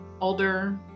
older